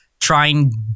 trying